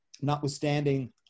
notwithstanding